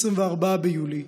24 ביולי,